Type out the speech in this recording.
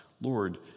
Lord